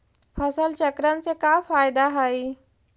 फसल चक्रण से का फ़ायदा हई?